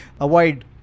avoid